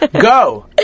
Go